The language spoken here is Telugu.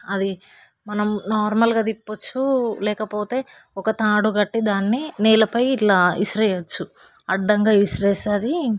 అది మనం నార్మల్గా తిప్పచ్చు లేకపోతే ఒక తాడు కట్టి దాన్నినేలపై ఇట్లా విసిరి వేయచ్చు అడ్డంగా విసిరేస్తే అది